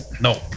no